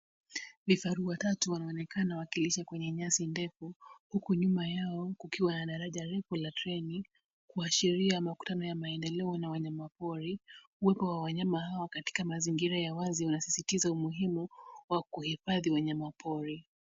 Vifaru watatu wanaonekana wakilisha kwenye nyasi ndefu, huku nyuma yao, kukiwa na daraja refu la treni kuashiria makutano ya maendeleo na wanyama pori. Uwepo wa wanyama hawa katika mazingira ya wazi unasisitiza umuhimu wa kuhifadhi wanyama pori.